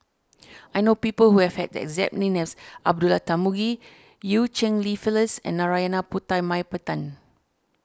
I know people who have had the exact name as Abdullah Tarmugi Eu Cheng Li Phyllis and Narana Putumaippittan